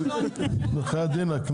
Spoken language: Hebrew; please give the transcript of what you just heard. ממש לא אדוני, אבל לא חשוב.